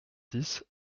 dix